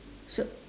so